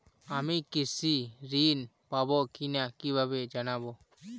আমি কৃষি ঋণ পাবো কি না কিভাবে জানবো?